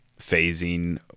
phasing